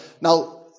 Now